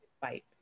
fight